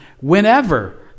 whenever